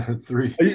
three